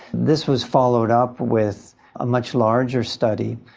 this was followed up with a much larger study,